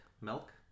milk